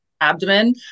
abdomen